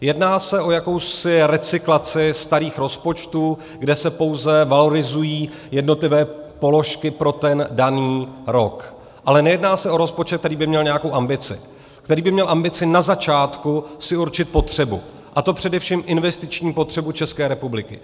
Jedná se o jakousi recyklaci starých rozpočtů, kde se pouze valorizují jednotlivé položky pro ten daný rok, ale nejedná se o rozpočet, který by měl nějakou ambici, který by měl ambici na začátku si určit potřebu, a to především investiční potřebu České republiky.